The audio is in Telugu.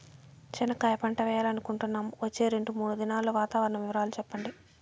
చెనక్కాయ పంట వేయాలనుకుంటున్నాము, వచ్చే రెండు, మూడు దినాల్లో వాతావరణం వివరాలు చెప్పండి?